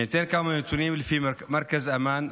אני אתן כמה נתונים לפי מרכז אמאן,